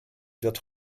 wird